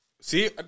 See